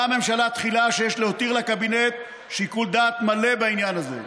הממשלה תחילה שיש להותיר לקבינט שיקול דעת מלא בעניין הזה.